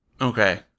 okay